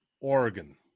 Oregon